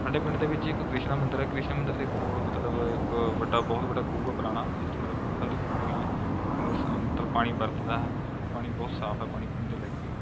ਸਾਡੇ ਪਿੰਡ ਦੇ ਵਿੱਚ ਇੱਕ ਕ੍ਰਿਸ਼ਨਾ ਮੰਦਰ ਹੈ ਕ੍ਰਿਸ਼ਨਾ ਮੰਦਰ ਦੇ ਕੋਲ ਮਤਲਬ ਇਕ ਵੱਡਾ ਬਹੁਤ ਵੱਡਾ ਖੂਹ ਹੈ ਪੁਰਾਣਾ ਜਿਸ ਤੋਂ ਮਤਲਬ ਹਰ ਇੱਕ ਕੋਈ ਮਤਲਬ ਪਾਣੀ ਵਰਤਦਾ ਹੈ ਉਹ ਪਾਣੀ ਬਹੁਤ ਸਾਫ ਹੈ ਪਾਣੀ ਪੀਣ ਦੇ ਲਾਇਕ ਵੀ ਹੈ